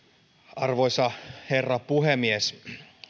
arvoisa herra puhemies